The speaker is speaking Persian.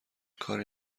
کاری